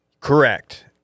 Correct